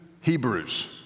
Hebrews